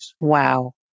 Wow